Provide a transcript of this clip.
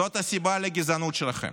זאת הסיבה לגזענות שלכם.